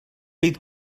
bydd